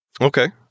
Okay